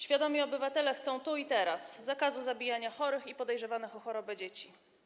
Świadomi obywatele chcą tu i teraz zakazu zabijania chorych i podejrzewanych o chorobę dzieci.